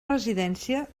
residència